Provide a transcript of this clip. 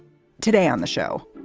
today on the show,